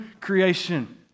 creation